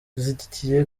dushyigikiye